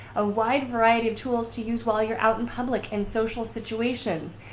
a wide variety of tools to use while you're out in public and social situations.